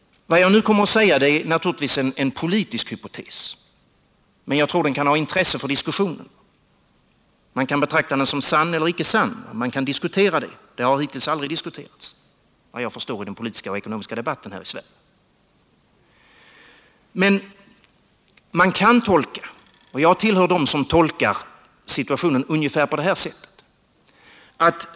Vad jag nu kommer att säga är naturligtvis en politisk hypotes, men jag tror att den kan ha intresse för diskussionen. Man kan betrakta den som sann eller icke sann, men man kan diskutera den, och den har hittills aldrig diskuterats i den politiska eller ekonomiska debatten i Sverige. Jag tillhör dem som tolkar situationen ungefär på det här sättet.